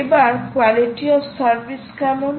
এবার quality of service কেমন